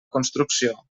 construcció